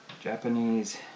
Japanese